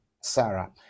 Sarah